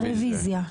רביזיה.